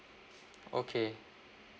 okay